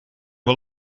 wel